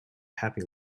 happy